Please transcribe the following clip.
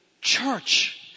church